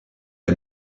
est